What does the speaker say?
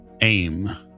aim